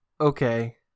okay